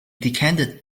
decanted